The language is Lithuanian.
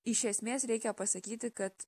iš esmės reikia pasakyti kad